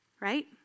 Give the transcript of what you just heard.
Right